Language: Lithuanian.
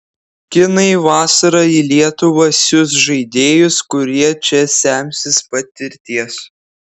kinai vasarą į lietuvą siųs žaidėjus kurie čia semsis patirties